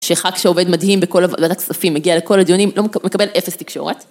שח"כ שעובד מדהים בכל עבודה כספים, מגיע לכל הדיונים, לא מקבל אפס תקשורת.